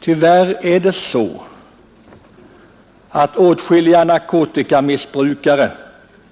Tyvärr är det så, att åtskilliga narkotikamissbrukare